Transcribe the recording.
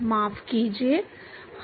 माफ़ कीजिए